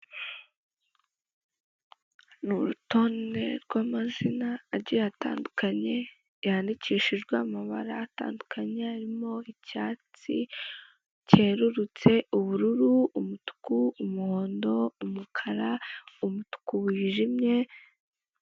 Ni urutonde rw'amazina agiye atandukanye yandikishijwe amabara atandukanye harimo; icyatsi cyerurutse, ubururu, umutuku, umuhondo, umukara, umutuku wijimye